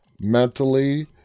mentally